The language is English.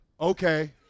okay